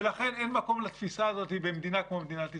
ולכן אין מקום לתפיסה הזאת במדינה כמו מדינת ישראל.